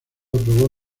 aprobó